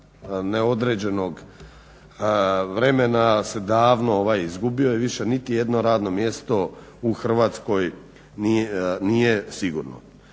neodređenog vremena se davno izgubio i više niti jedno radno mjesto u Hrvatskoj nije sigurno.